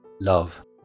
Love